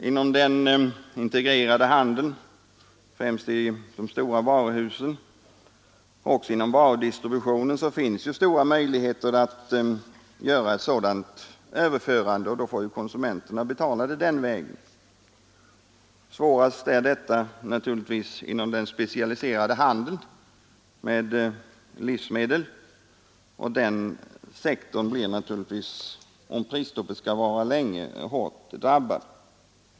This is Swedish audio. Inom den integrerade handeln, främst i de stora varuhusen, och inom varudistributionen finns stora möjligheter att göra ett sådant överförande, och då får konsumenterna betala prisstegringarna den vägen. Svårast är detta naturligtvis inom den specialiserade handeln med livsmedel, och den sektorn blir naturligtvis, om prisstoppet skall vara länge, hårt drabbad.